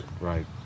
Right